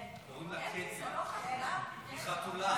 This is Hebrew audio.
קטי,